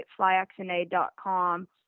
flyxna.com